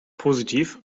positiv